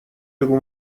بگو